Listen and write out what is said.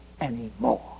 anymore